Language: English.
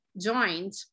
joined